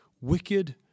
wicked